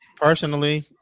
personally